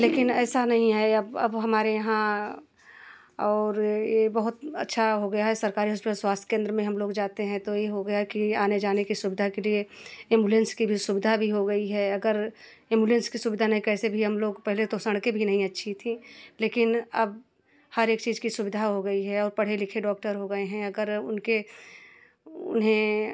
लेकिन ऐसा नही है अब अब हमारे यहाँ और यह बहुत अच्छा हो गया है सरकारी हॉस्पिटल स्वास्थ केंद्र में हम लोग जाते हैं तो यह हो गया कि आने जाने की सुविधा के लिए एम्बुलेंस की भी सुविधा भी हो गई है अगर एम्बुलेंस की सुविधा नहीं कैसे भी हम लोग पहले तो सड़कें भी नहीं अच्छी थीं लेकिन अब हर एक चीज़ की सुविधा हो गई है और पढ़े लिखे डॉक्टर हो गए हैं अगर उनके उन्हें